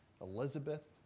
Elizabeth